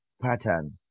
pattern